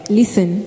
listen